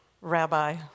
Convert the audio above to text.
Rabbi